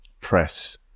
press